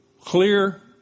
Clear